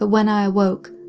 ah when i awoke,